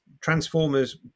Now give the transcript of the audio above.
transformers